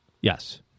Yes